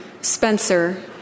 Spencer